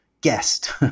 guest